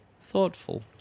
Thoughtful